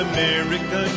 America